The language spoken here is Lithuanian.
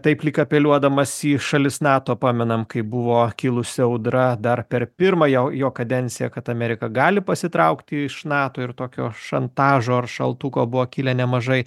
taip lyg apeliuodamas į šalis nato pamenam kaip buvo kilusi audra dar per pirmąją jo kadenciją kad amerika gali pasitraukti iš nato ir tokio šantažo ar šaltuko buvo kilę nemažai